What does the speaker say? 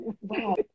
Wow